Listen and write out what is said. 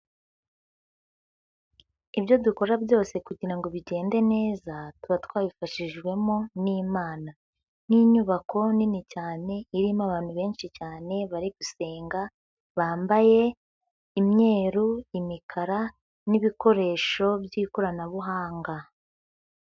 Ibyo dukora byose kugira ngo bigende neza tuba twabifashijwemo n'imana n'inyubako nini cyane irimo abantu benshi cyane bari gusenga bambaye imyeru, imikara n'ibikoresho by'ikoranabuhanga.